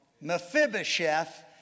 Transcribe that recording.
Mephibosheth